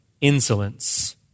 insolence